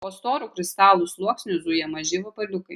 po storu kristalų sluoksniu zuja maži vabaliukai